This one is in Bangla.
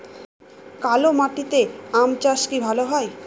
কালো মাটিতে আম চাষ কি ভালো হয়?